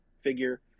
figure